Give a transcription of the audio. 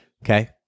Okay